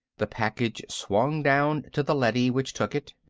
the package swung down to the leady, which took it.